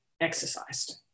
exercised